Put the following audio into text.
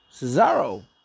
Cesaro